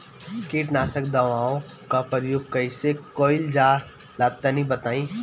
कीटनाशक दवाओं का प्रयोग कईसे कइल जा ला तनि बताई?